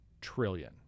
trillion